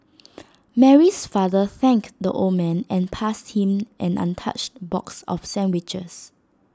Mary's father thanked the old man and passed him an untouched box of sandwiches